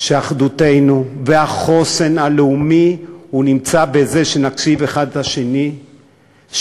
שאחדותנו והחוסן הלאומי שלנו הם בזה שנקשיב אחד לשני,